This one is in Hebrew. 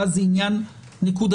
ואז זה עניין נקודתי,